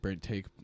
take